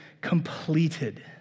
completed